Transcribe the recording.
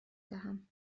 دهم